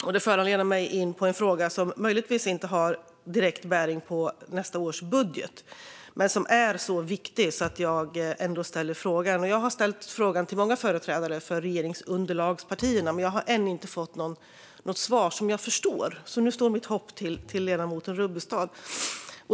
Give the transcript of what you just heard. Det leder mig in på en fråga som möjligtvis inte har direkt bäring på nästa års budget men ändå är så viktig att jag ställer frågan. Jag har ställt frågan till många företrädare för regeringsunderlagspartierna, men jag har ännu inte fått något svar som jag förstår, så nu står mitt hopp till ledamoten Rubbestad.